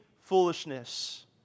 foolishness